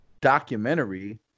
documentary